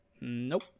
Nope